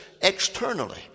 externally